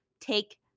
take